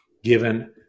Given